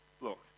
look